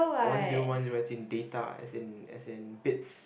one zero one zero as in data as in as in bits